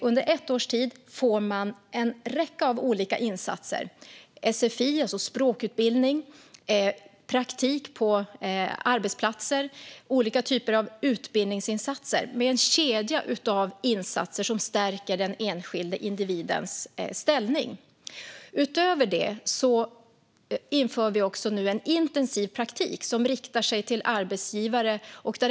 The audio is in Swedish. Under ett års tid får man en räcka av olika insatser: sfi, alltså språkutbildning, praktik på arbetsplatser och olika utbildningsinsatser. Det är en kedja av insatser som stärker individens ställning. Utöver det inför vi nu en intensiv praktik som riktar sig till arbetsgivare.